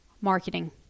marketing